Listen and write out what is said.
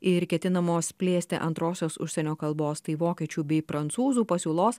ir ketinamos plėsti antrosios užsienio kalbos tai vokiečių bei prancūzų pasiūlos